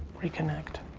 reconnect.